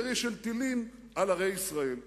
ירי של טילים על ערי ישראל.